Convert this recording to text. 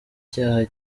icyaha